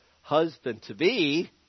husband-to-be